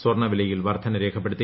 സ്വർണവിലയിൽ വർധന രേഖപ്പെടുത്തി